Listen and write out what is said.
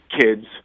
kids